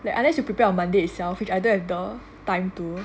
that unless you prepare on monday itself which I don't have the time to